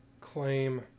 claim